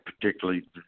particularly